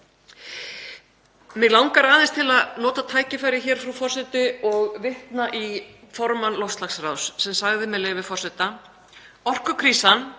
Mig langar aðeins til að nota tækifærið hér, frú forseti, og vitna í formann loftslagsráðs sem sagði, með leyfi forseta: „Orkukrísan“